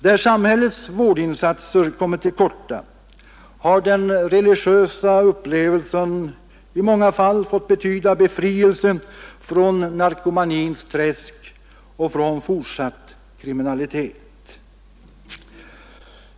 Där samhällets vårdinsatser kommit till korta har den religiösa upplevelsen i många fall fått betyda befrielse ur narkomanins träsk och från fortsatt kriminalitet.